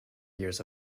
years